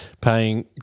paying